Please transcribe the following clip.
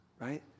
right